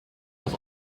was